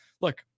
look